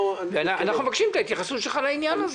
אנחנו מבקשים את ההתייחסות שלך לעניין הזה.